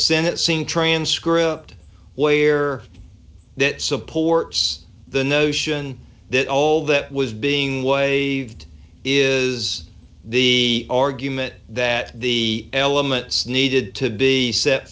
senate seem transcript where that supports the notion that all that was being way is the argument that the elements needed to be set